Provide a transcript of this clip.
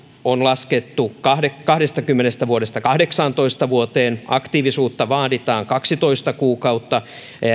on laskettu kahdestakymmenestä vuodesta kahdeksantoista vuoteen aktiivisuutta vaaditaan kaksitoista kuukautta